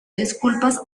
disculpas